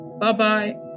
Bye-bye